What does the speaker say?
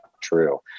true